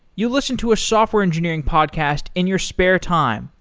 you listen to a software engineering podcast in your spare time,